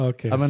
Okay